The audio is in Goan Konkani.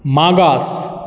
मागास